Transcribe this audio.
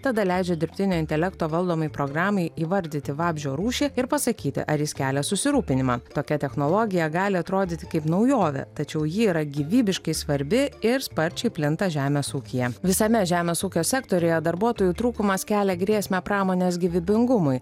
tada leidžia dirbtinio intelekto valdomai programai įvardyti vabzdžio rūšį ir pasakyti ar jis kelia susirūpinimą tokia technologija gali atrodyti kaip naujovė tačiau ji yra gyvybiškai svarbi ir sparčiai plinta žemės ūkyje visame žemės ūkio sektoriuje darbuotojų trūkumas kelia grėsmę pramonės gyvybingumui